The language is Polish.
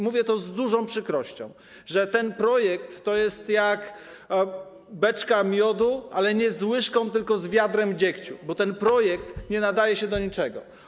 Mówię to z dużą przykrością, że ten projekt jest jak beczka miodu, ale nie z łyżką, tylko z wiadrem dziegciu, bo ten projekt nie nadaje się do niczego.